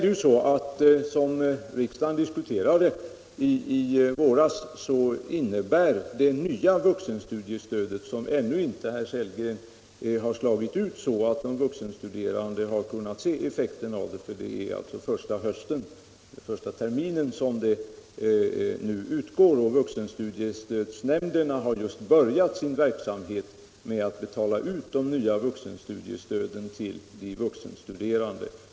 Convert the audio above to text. Det nya vuxenstudiestödet som riksdagen diskuterade i våras har ännu inte, herr Sellgren, slagit ut så att de vuxenstuderande kunnat se effekterna av det; det är nu första terminen som det utgår, och vuxenstudiestödsnämnderna har just börjat sin verksamhet med att betala ut de nya vuxenstudiestöden till de vuxenstuderande.